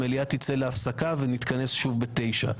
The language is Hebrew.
המליאה תצא להפסקה ונתכנס שוב ב-9:00.